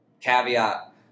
caveat